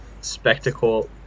spectacle